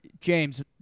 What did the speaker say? James